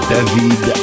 David